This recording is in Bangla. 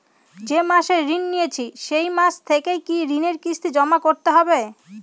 যে মাসে ঋণ নিয়েছি সেই মাস থেকেই কি ঋণের কিস্তি জমা করতে হবে?